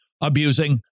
abusing